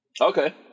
Okay